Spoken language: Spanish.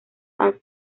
han